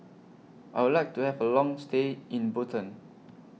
I Would like to Have A Long stay in Bhutan